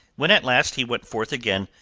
when at last he went forth again,